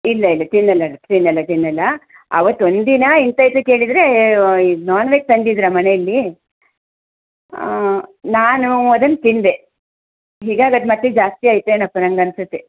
ಇಲ್ಲ ಇಲ್ಲ ತಿನ್ನಲ್ಲ ನಾನು ತಿನ್ನಲ್ಲ ತಿನ್ನಲ್ಲ ಆವತ್ತು ಒಂದಿನ ಎಂತಾಯಿತು ಕೇಳಿದರೆ ನಾನ್ವೆಜ್ ತಂದಿದ್ರ ಮನೆಯಲ್ಲಿ ನಾನು ಅದನ್ನು ತಿಂದೆ ಹೀಗಾಗಾದು ಮತ್ತೆ ಜಾಸ್ತಿ ಆಯ್ತೆನಪ್ಪ ನನಗನ್ಸತ್ತೆ